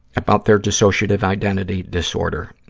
about their dissociative identity disorder,